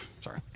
Sorry